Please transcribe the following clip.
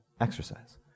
Exercise